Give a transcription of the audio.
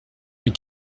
mais